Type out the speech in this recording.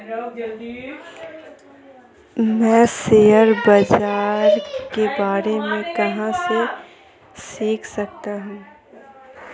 मैं शेयर बाज़ार के बारे में कहाँ से सीख सकता हूँ?